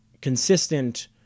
consistent